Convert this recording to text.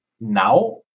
now